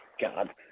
God